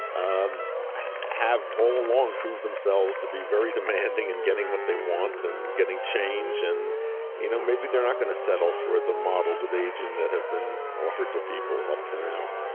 um have all along proved themselves to be very demanding in getting what they want and getting change and you know maybe they're not going to settle for the models of aging that have been offered to people up to now